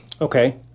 Okay